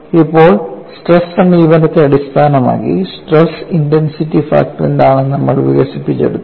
ഇപ്പോൾ സ്ട്രെസ് സമീപനത്തെ അടിസ്ഥാനമാക്കി സ്ട്രെസ് ഇന്റെൻസിറ്റി ഫാക്ടർ എന്താണെന്ന് നമ്മൾ വികസിപ്പിച്ചെടുത്തു